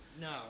no